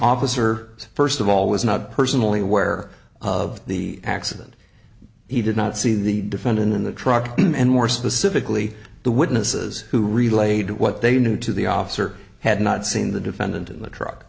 officer first of all was not personally aware of the accident he did not see the defendant in the truck and more specifically the witnesses who relayed what they knew to the officer had not seen the defendant in the truck